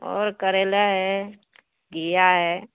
اور کریلا ہے گھیا ہے